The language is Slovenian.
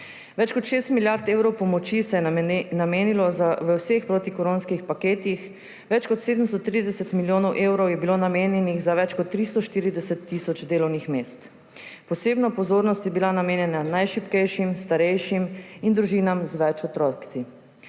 Več kot 6 milijard evrov pomoči se je namenilo v vseh protikoronskih paketih, več kot 730 milijonov evrov je bilo namenjenih za več kot 340 tisoč delovnih mest. Posebna pozornost je bila namenjena najšibkejšim, starejšim in družinam z več otroki.